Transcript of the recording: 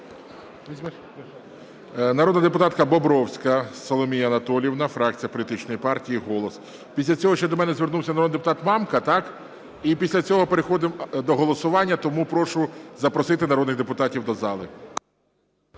Народна депутатка Бобровська Соломія Анатоліївна, фракція політичної партії "Голос". Після цього ще до мене звернувся народний депутат Мамка. І після цього переходимо до голосування. Тому прошу запросити народних депутатів до зали.